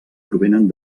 provenen